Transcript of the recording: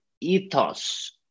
ethos